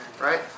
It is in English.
Right